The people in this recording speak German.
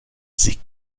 sie